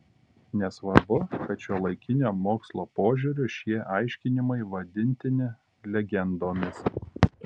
nesvarbu kad šiuolaikinio mokslo požiūriu šie aiškinimai vadintini legendomis